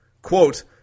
Quote